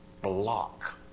block